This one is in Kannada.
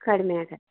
ಕಡಿಮೆ ಆಗತ್ತೆ